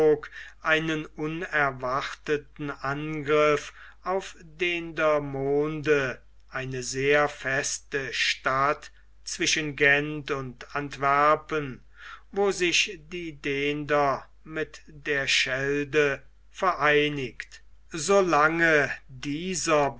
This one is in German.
einen unerwarteten angriff auf dendermonde eine sehr feste stadt zwischen gent und antwerpen wo sich die dender mit der schelde vereinigt so lange dieser